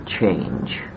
change